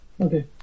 Okay